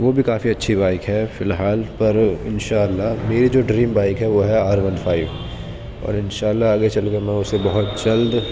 وہ بھی کافی اچھی بائیک ہے فی الحال پر انشاء اللہ میری جو ڈریم بائیک ہے وہ ہے آر ون فائیو اور انشاء اللہ آگے چل کر میں اسے بہت جلد